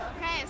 Okay